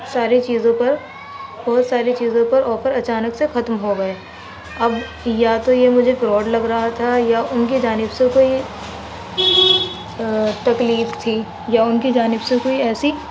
ساری چیزوں پر بہت ساری چیزوں پر آفر اچانک سے ختم ہو گئے اب یا تو یہ مجھے فراڈ لگ رہا تھا یا ان کی جانب سے کوئی تکلیف تھی یا ان کی جانب سے کوئی ایسی